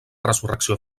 resurrecció